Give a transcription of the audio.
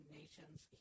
nation's